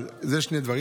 אלה שני דברים.